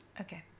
Okay